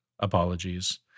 Apologies